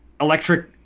electric